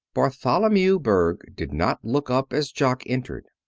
bartholomew berg did not look up as jock entered.